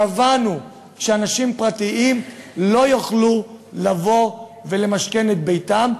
קבענו שאנשים פרטיים לא יוכלו לבוא ולמשכן את ביתם,